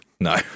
No